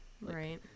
Right